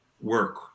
work